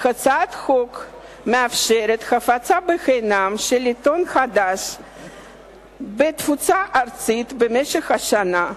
הצעת החוק מאפשרת הפצה בחינם של עיתון חדש בתפוצה ארצית במשך שנה,